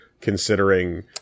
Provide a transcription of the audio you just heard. considering